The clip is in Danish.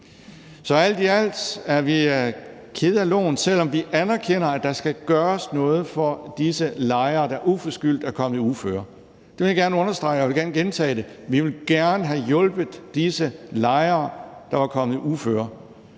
Så alt i alt er vi kede af loven, selv om vi anerkender, at der skal gøres noget for disse lejere, der uforskyldt er kommet i uføre. Det vil jeg gerne understrege, og jeg vil gerne gentage det: Vi ville gerne have hjulpet disse lejere, der er kommet i uføre.